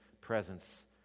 presence